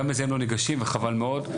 גם לזה הם לא ניגשים וחבל מאוד,